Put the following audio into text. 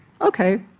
Okay